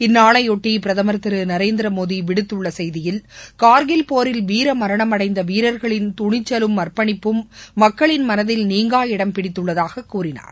இந்நாளையொட்டி பிரதமர் திரு நரேந்திர மோடி விடுத்துள்ள செய்தியில் கார்கில் போரில் வீரமரணம் அடைந்த வீரர்களின் துணிச்சலும் அர்ப்பணிப்பும் மக்களின் மனதில் நீங்கா இடம் பிடித்துள்ளதாக அவர் கூறினார்